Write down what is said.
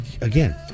Again